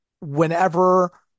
whenever